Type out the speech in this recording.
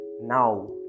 now